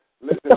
Listen